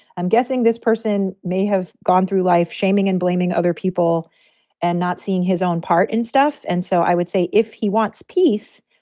i'm guessing this person may have gone through life shaming and blaming other people and not seeing his own part and stuff. and so i would say if he wants peace,